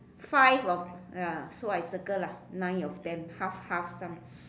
five of ah so I circle ah nine of them half half some